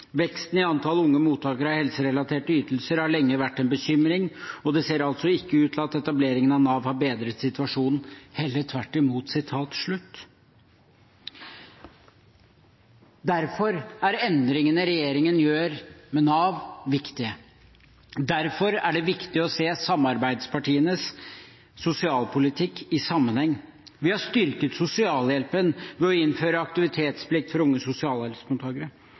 Veksten i antall unge mottakere av helserelaterte ytelser har lenge vært en bekymring, og det ser altså ikke ut til at etableringen av NAV har bedret situasjonen – heller tvert i mot.» Derfor er endringene regjeringen gjør med Nav, viktige. Derfor er det viktig å se samarbeidspartienes sosialpolitikk i sammenheng. Vi har styrket sosialhjelpen ved å innføre aktivitetsplikt for unge